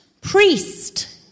Priest